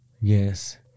Yes